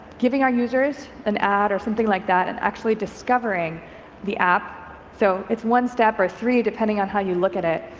giving our users an ad or something like that and actually discovering the app, so it's one step or three depending on how you look at it.